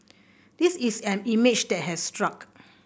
this is an image that has stuck